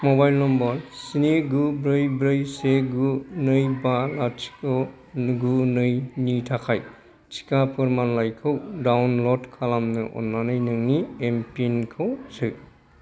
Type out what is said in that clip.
mobile number स्नि गु ब्रै ब्रै से गु नै बा लाथिख' गु नै नि थाखाय टिका फोरमानलाइखौ डाउनल'ड खालामनो अन्नानै नोंनि एम पिनखौ सो